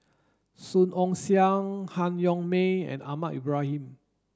Song Ong Siang Han Yong May and Ahmad Ibrahim